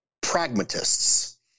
pragmatists